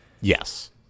Yes